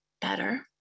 Better